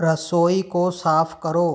रसोई को साफ़ करो